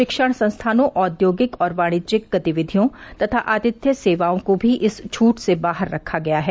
शिक्षण संस्थानों औद्योगिक और वाणिज्यिक गतिविधियों तथा आतिथ्य सेवाओं को भी इस छूट से बाहर रखा गया है